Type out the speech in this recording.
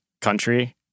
country